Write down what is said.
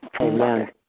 Amen